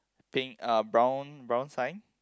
pink uh brown brown sign